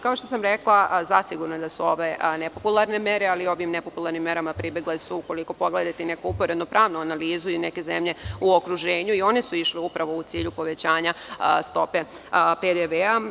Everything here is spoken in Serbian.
Kao što sam rekla, zasigurno je da su ovo nepopularne mere, ali ovi nepopularnim merama pribegle su, ako pogledate i neku uporedno-pravnu analizu i neke zemlje u okruženju i one su išle u cilju povećanja stope PDV.